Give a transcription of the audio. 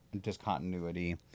discontinuity